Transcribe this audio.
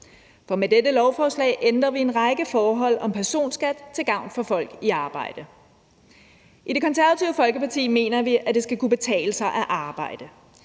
For med dette lovforslag ændrer vi en række forhold om personskat til gavn for folk i arbejde. I Det Konservative Folkeparti mener vi, at det skal kunne betale sig at arbejde.